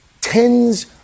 tens